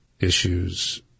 issues